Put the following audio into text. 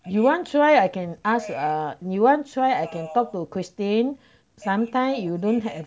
you want try I can ask err you want try I can talk to christine sometime you don't have